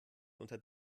unter